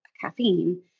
caffeine